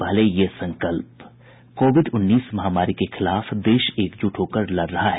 पहले ये संकल्प कोविड उन्नीस महामारी के खिलाफ देश एकजुट होकर लड़ रहा है